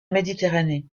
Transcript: méditerranée